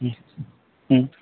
हुँ